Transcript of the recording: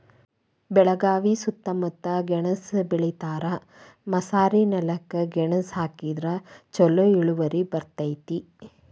ಬೆಳಗಾವಿ ಸೂತ್ತಮುತ್ತ ಗೆಣಸ್ ಬೆಳಿತಾರ, ಮಸಾರಿನೆಲಕ್ಕ ಗೆಣಸ ಹಾಕಿದ್ರ ಛಲೋ ಇಳುವರಿ ಬರ್ತೈತಿ